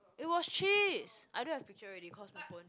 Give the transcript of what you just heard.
it was cheese I don't have picture already cause my phone